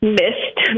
missed